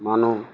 মানুহ